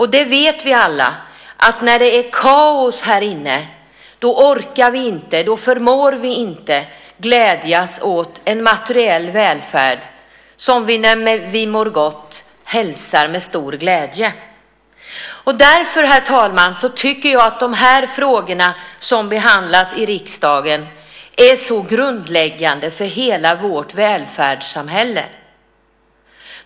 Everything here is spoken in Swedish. Vi vet alla att när vi mår psykiskt dåligt orkar vi inte och förmår inte glädjas åt en materiell välfärd som vi när vi mår gott hälsar med stor glädje. Därför tycker jag att dessa frågor är grundläggande för hela vårt välfärdssamhälle.